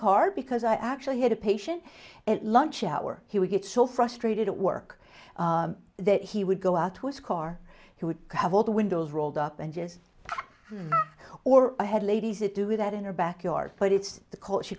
car because i actually had a patient at lunch hour he would get so frustrated at work that he would go out to his car he would have all the windows rolled up and just or i had ladies it do that in our backyard but it's because she